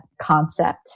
concept